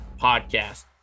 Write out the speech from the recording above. podcast